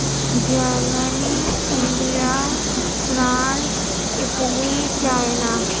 Germany India France Italy China